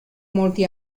molti